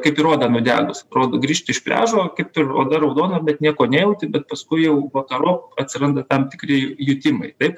kaip ir odą nudegus atrodo grįžti iš pliažo kaip ir oda raudona bet nieko nejauti bet paskui jau vakarop atsiranda tam tikri jutimai taip